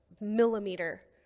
millimeter